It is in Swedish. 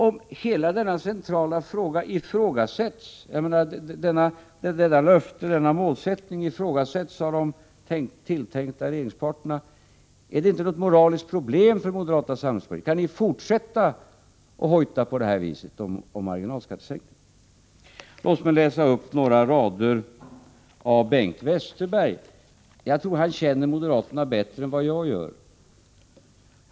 Och hela denna centrala fråga — detta löfte, denna målsättning — ifrågasätts av de tilltänkta regeringspartnerna. Är det inte ett moraliskt problem för moderata samlingspartiet? Kan man fortsätta att hojta på det här sättet om en marginalskattesänkning? Låt mig läsa upp några rader av Bengt Westerberg. Jag tror att han känner moderaterna bättre än vad jag gör.